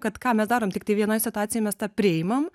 kad ką mes darom tiktai vienoj situacijoj mes tą priimam